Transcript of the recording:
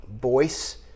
voice